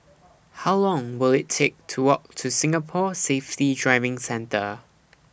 How Long Will IT Take to Walk to Singapore Safety Driving Centre